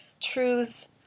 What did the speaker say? truths